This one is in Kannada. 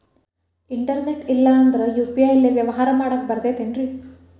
ಇಂಟರ್ನೆಟ್ ಇಲ್ಲಂದ್ರ ಯು.ಪಿ.ಐ ಲೇ ವ್ಯವಹಾರ ಮಾಡಾಕ ಬರತೈತೇನ್ರೇ?